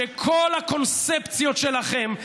שכל הקונספציות שלכם,